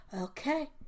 okay